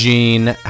Gene